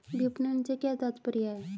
विपणन से क्या तात्पर्य है?